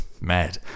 mad